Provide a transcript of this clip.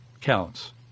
counts